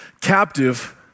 captive